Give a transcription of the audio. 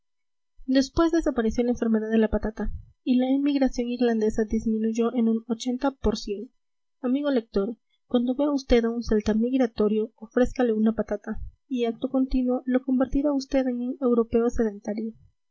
después desapareció la enfermedad de la patata y la emigración irlandesa disminuyó en un por amigo lector cuando vea usted a un celta migratorio ofrézcale una patata y acto continuo lo convertirá usted en un europeo sedentario